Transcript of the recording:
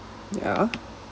ya